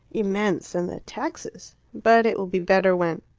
immense and the taxes! but it will be better when